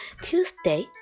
Tuesday